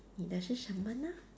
你呢是什么呢